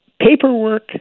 paperwork